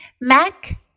Mac